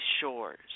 shores